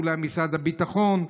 אולי משרד הביטחון?